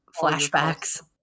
flashbacks